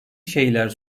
şeyler